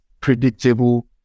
predictable